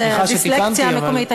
זאת דיסלקציה מקומית.